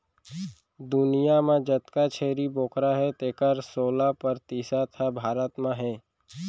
दुनियां म जतका छेरी बोकरा हें तेकर सोला परतिसत ह भारत म हे